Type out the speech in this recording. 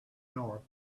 north